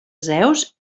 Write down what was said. zeus